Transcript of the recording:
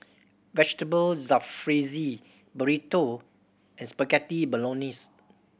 Vegetable Jalfrezi Burrito and Spaghetti Bolognese